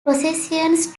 possessions